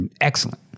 excellent